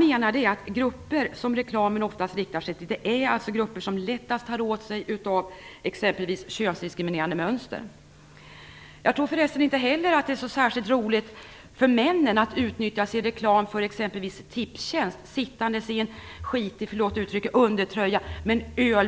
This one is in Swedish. De grupper som reklamen oftast riktar sig till är de grupper som lättast tar åt sig av exempelvis könsdiskriminerande mönster. Jag tror förresten inte heller att männen tycker att det är särskilt roligt att utnyttjas i reklam för exempelvis Tipstjänst. De sitter i en skitig - förlåt uttrycket TV:n och